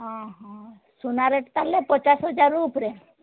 ହଁ ହଁ ସୁନା ରେଟ୍ ତାହେଲେ ପଚାଶ ହଜାରରୁ ଉପରେ